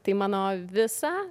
tai mano visa